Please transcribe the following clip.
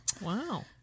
Wow